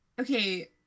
okay